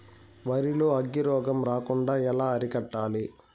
వరి లో అగ్గి రోగం రాకుండా ఎలా అరికట్టాలి?